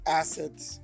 assets